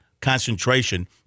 concentration